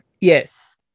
Yes